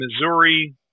Missouri